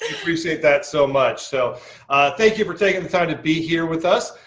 appreciate that so much. so thank you for taking the time to be here with us.